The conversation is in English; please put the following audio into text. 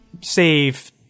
save